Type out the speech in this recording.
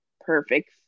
perfect